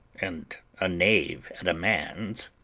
and a knave at a man's.